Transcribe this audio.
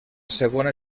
segona